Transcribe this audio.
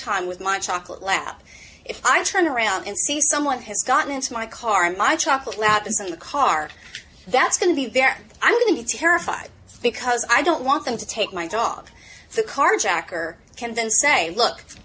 time with my chocolate lab if i turn around and see someone has gotten into my car and my chocolate lab is in the car that's going to be there i'm going to be terrified because i don't want them to take my dog the carjacker can then say look